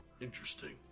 interesting